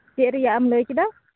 ᱪᱮᱫ ᱨᱮᱭᱟᱜ ᱮᱢ ᱞᱟᱹᱭ ᱠᱮᱫᱟ